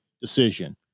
decision